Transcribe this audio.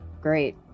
Great